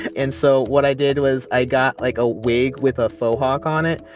and so what i did was i got, like, a wig with a faux hawk on it.